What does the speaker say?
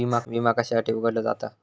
विमा कशासाठी उघडलो जाता?